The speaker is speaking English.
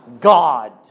God